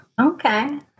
Okay